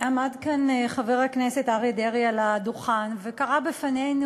עמד כאן חבר הכנסת אריה דרעי על הדוכן וקרא בפנינו